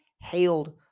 hailed